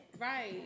right